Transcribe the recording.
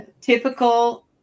typical